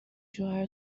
شوهر